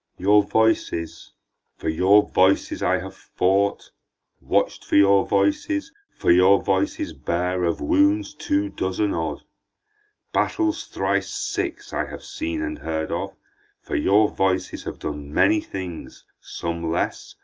your voices for your voices i have fought watch'd for your voices for your voices bear of wounds two dozen odd battles thrice six i have seen and heard of for your voices have done many things, some less,